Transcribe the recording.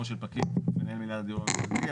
של פקיד מנהל מינהל הדיור הממשלתי,